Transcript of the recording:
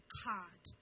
card